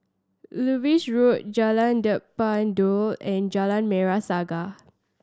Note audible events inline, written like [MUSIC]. Lewis Road Jalan [UNINTELLIGIBLE] Daun and Jalan Merah Saga